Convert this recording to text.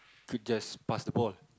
could just pass the ball